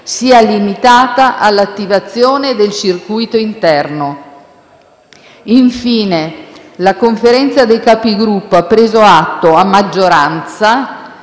sia limitata all'attivazione del circuito interno. Infine, la Conferenza dei Capigruppo ha preso atto - a maggioranza